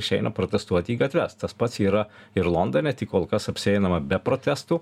išeina protestuoti į gatves tas pats yra ir londone tik kol kas apsieinama be protestų